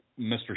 Mr